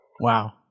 Wow